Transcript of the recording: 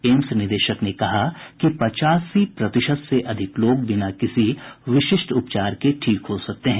AIIMS निदेशक ने कहा कि पचासी प्रतिशत से अधिक लोग बिना किसी विशिष्ट उपचार के ठीक हो सकते हैं